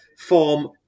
Form